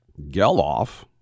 Geloff